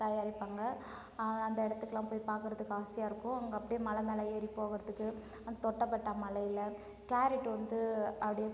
தயாரிப்பாங்கள் அந்த இடத்துக்குலாம் போய் பார்க்கறதுக்கு ஆசையாக இருக்கும் அங்கே அப்படியே மலை மேல ஏறி போகிறதுக்கு அந் தொட்டபெட்டா மலையில் கேரட் வந்து அப்படியே